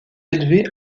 élevée